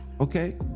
Okay